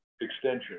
extension